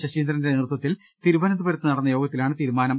ശശീന്ദ്രന്റെ നേതൃത്വത്തിൽ തിരുവനന്തപുരത്തു നടന്ന യോഗത്തിലാണ് തീരുമാനം